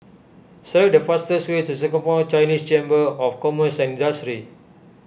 select the fastest way to Singapore Chinese Chamber of Commerce and Industry